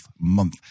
Month